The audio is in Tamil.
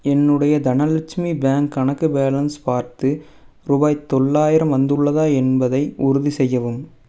என்னுடைய தனலச்சுமி பேங்க் கணக்கு பேலன்ஸ் பார்த்து ரூபாய் தொள்ளாயிரம் வந்துள்ளதா என்பதை உறுதிசெய்யவும்